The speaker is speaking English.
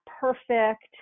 perfect